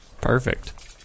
Perfect